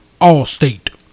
Allstate